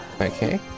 Okay